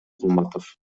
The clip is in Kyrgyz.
кулматов